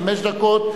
חמש דקות,